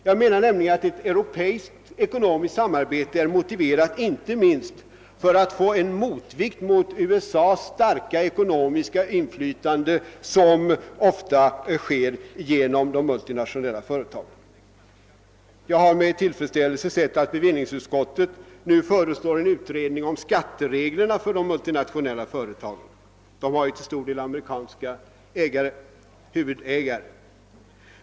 Jag menar att ett europeiskt ekonomiskt samarbete är motiverat inte minst för att få en motvikt mot USA:s starka ekonomiska inflytande som ofta sker genom de multinationella företagen. Jag har med tillfredsställelse sett att bevillningsutskottet nu föreslår en utredning om skattereglerna för de multinationella företagen — de har ju till stor del amerikanska huvudägare.